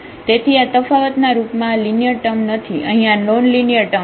તેથી આ તફાવત ના રૂપ માં આ લિનિયર ટર્મ નથી અહીં આ નોન લિનિયર ટર્મ છે